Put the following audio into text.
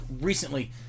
recently